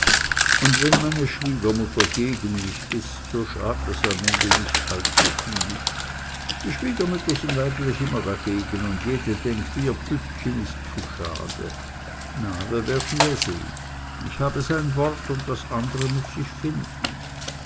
und wenn meine schwiegermutter gegen mich ist so schadt es am ende nicht allzuviel die schwiegermütter sind eigentlich immer dagegen und jede denkt ihr püppchen ist zu schade na wir werden ja sehn ich habe sein wort und das andere muß sich finden